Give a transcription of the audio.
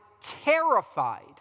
terrified